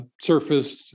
surfaced